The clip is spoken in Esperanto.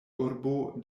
urbo